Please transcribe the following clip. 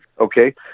okay